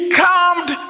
calmed